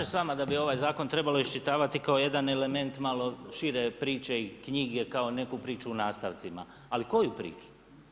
Ja se slažem sa vama da bi ovaj zakon trebalo iščitavati kao jedan element malo šire priče i knjige kao neku priču u nastavcima, ali koju priču?